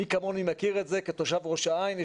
מי כמוני מכיר את זה כתושב ראש העין.